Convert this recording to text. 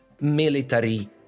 military